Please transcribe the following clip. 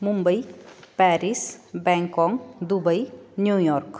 Mumbai Paris Bangkok Dubai New York